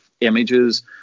images